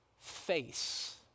face